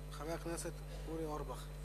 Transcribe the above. חבר הכנסת אורי אורבך.